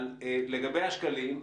לגבי השקלים,